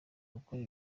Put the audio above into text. gukora